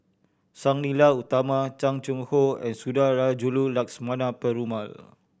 Sang Nila Utama Chan Chang How and Sundarajulu Lakshmana Perumal